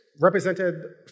represented